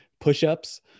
push-ups